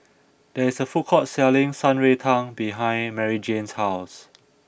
there is a food court selling Shan Rui Tang behind Maryjane's house